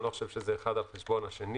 אני לא חושב שזה אחד על חשבון השני.